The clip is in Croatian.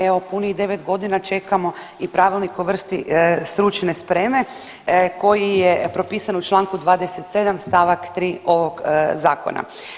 Evo punih 9 godina čekamo i Pravilnik o vrsti stručne spreme koji je propisan u članku 27. stavak 3. ovog zakona.